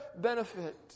benefit